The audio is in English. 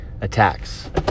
attacks